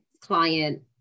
client